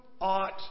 ought